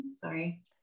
sorry